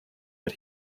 but